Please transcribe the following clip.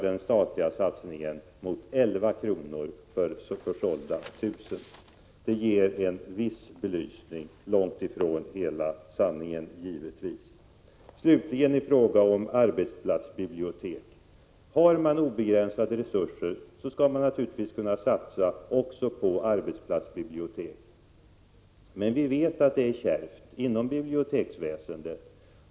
Den statliga satsningen på SKR uppgår med samma beräkningsmetod till 11 kronor. Det ger en viss belysning av statens satsning. Om resurserna är obegränsade skall det naturligtvis också ske en satsning på arbetsplatsbibliotek. Men vi vet att det är kärvt inom biblioteksväsendet.